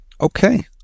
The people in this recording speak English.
Okay